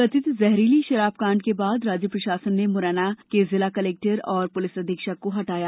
कथित जहरीली शराब कांड के बाद राज्य प्रशासन ने मुरैना के जिला कलेक्टर और पुलिस अधीक्षक को हटाया